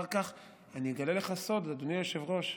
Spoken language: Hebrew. אני אגלה לך סוד, אדוני היושב-ראש: